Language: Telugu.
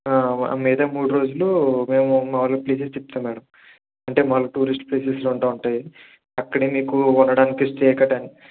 మిగతా మూడు రోజులు మేము మామూలుగా ప్లేసెస్ తిప్పుతాం మేడం అంటే మామూలు టూరిస్ట్ ప్లేస్ అలా ఉంటా ఉంటాయి అక్కడ మీకు ఉండటానికి స్టే గట్రా